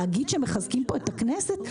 להגיד שמחזקים פה את הכנסת?